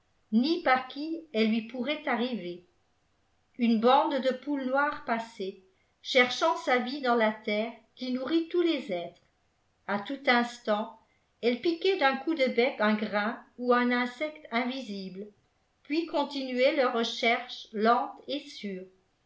qui elle lui pourrait arriver une bande de poules noires passait cherchant sa vie dans la terre qui nourrit tous les êtres a tout instant elles piquaient d'un coup de bec un grain ou un insecte invisible puis continuaient leur recherche lente et sûre